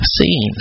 seen